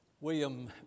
William